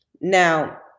Now